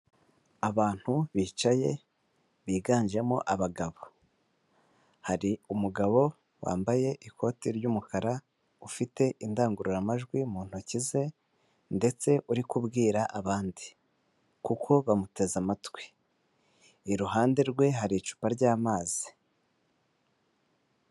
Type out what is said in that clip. Abantu bicaye biganjemo abagabo, hari umugabo wambaye ikoti ry'umukara ufite indangururamajwi mu ntoki ze ndetse uri kubwira abandi kuko bamuteze amatwi, iruhande rwe hari icupa ry'amazi.